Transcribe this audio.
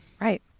Right